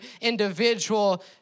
individual